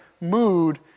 mood